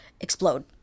explode